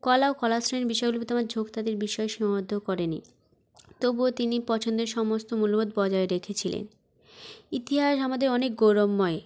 কলা ও কলা শ্রেণির বিষয়গুলির প্রতি আমার ঝোঁক তাদের বিষয়ে সীমাবদ্ধ করে নি তবুও তিনি পছন্দের সমস্ত মূল্যবোধ বজায় রেখেছিলেন ইতিহাস আমাদের অনেক গৌরবময়